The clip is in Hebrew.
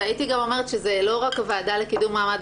והייתי גם אומרת שזה לא רק הוועדה לקידום מעמד